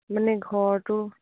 মানে ঘৰটো